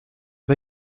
beg